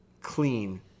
clean